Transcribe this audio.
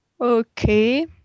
Okay